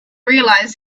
realise